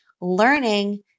learning